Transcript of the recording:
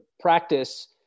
practice